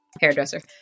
hairdresser